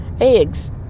eggs